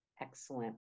Excellent